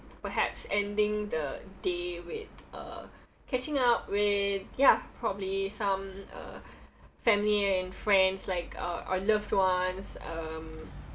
perhaps ending the day with uh catching up with ya probably some uh family and friends like uh our loved ones um